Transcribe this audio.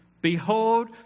Behold